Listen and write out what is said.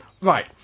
Right